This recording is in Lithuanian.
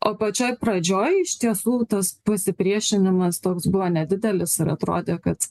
o pačioj pradžioj iš tiesų tas pasipriešinimas toks buvo nedidelis ar atrodė kad